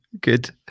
good